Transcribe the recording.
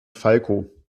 falco